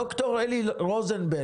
ד"ר אלי רוזנברג,